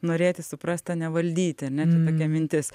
norėti suprast o ne valdyti ar ne čia tokia mintis